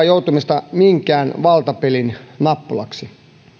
joutumista minkään valtapelin nappulaksi